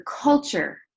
culture